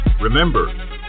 Remember